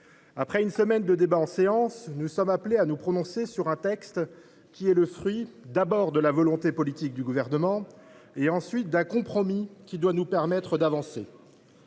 après une semaine de débat en séance, nous sommes appelés à nous prononcer sur un texte qui est d’abord le fruit de la volonté politique du Gouvernement, puis celui d’un compromis, lequel doit nous permettre d’avancer.